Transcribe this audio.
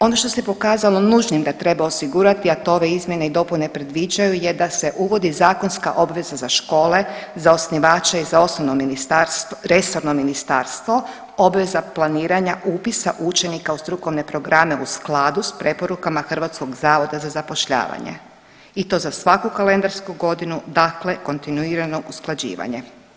Ono što se pokazalo nužnim da treba osigurati, a to ove izmjene i dopune predviđaju je da se uvodi zakonska obveza za škole, za osnivače i za resorno ministarstvo obveza planiranja upisa učenika u strukovne programe u skladu s preporukama HZZ-a i to za svaku kalendarsku godinu, dakle kontinuirano usklađivanje.